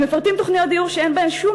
הם מפרטים תוכניות דיור שאין בהן שום